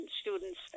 students